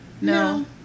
No